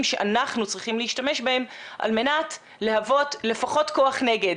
שאנחנו צריכים להשתמש בהם על מנת להוות לפחות כוח נגד,